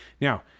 Now